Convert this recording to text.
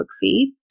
feed